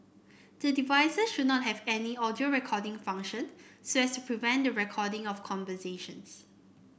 the devices should not have any audio recording function so as to prevent the recording of conversations